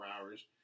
hours